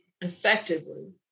effectively